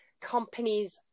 companies